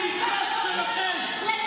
כשאנחנו מאבדים את טובי הבנים והבנות שלנו,